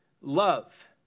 love